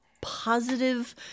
positive